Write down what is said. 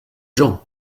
gens